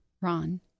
Ron